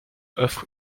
offre